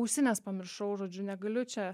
ausines pamiršau žodžiu negaliu čia